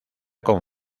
con